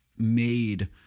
made